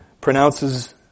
pronounces